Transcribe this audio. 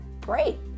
great